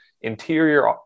interior